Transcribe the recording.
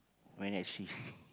when actually